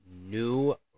new